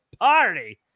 Party